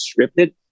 scripted